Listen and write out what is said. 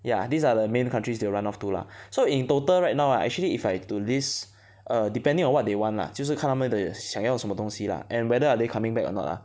ya these are the main countries they will run off to lah so in total right now I actually if I to list depending on what they want lah 就是看他们的想要什么东西 lah and whether are they coming back or not ah